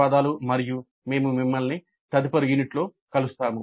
ధన్యవాదాలు మరియు మేము మిమ్మల్ని తదుపరి యూనిట్లో కలుస్తాము